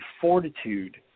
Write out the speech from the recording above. fortitude